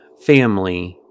family